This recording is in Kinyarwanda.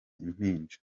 impinja